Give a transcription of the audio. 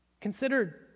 Consider